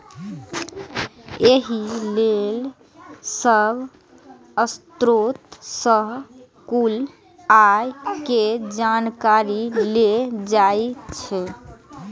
एहि लेल सब स्रोत सं कुल आय के जानकारी लेल जाइ छै